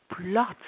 lots